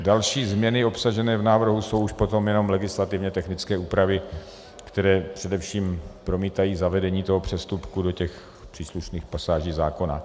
Další změny obsažené v návrhu jsou už potom jenom legislativně technické úpravy, které především promítají zavedení přestupku do příslušných pasáží zákona.